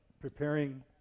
preparing